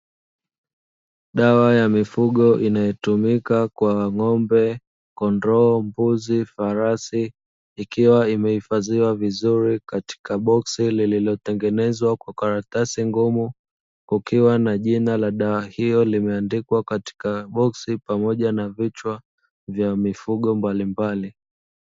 Dawa ya mifugo inyoyumika kwa ng’ombe, kondoo, mbuzi, farasi ikiwa imehifadhiwa vizuri katika boksi lililotengenezwa kwa karatasi ngumu kukiwa na jina la dawa hiyo, limeandikwa katika boksi pamoja na vichwa vya mifugo mbalimbali.